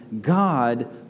God